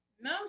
No